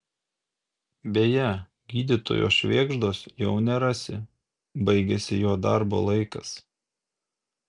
beje gydytojo švėgždos jau nerasi baigėsi jo darbo laikas